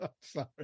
sorry